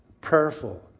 prayerful